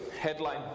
headline